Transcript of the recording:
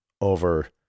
over